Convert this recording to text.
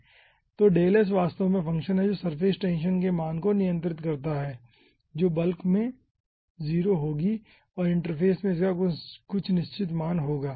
तो δs वास्तव में फ़ंक्शन है जो सर्फेस टेंशन के मान को नियंत्रित करता है जो बल्क में 0 होगी और इंटरफ़ेस में इसका कुछ निश्चित मान होगा